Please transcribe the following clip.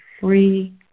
free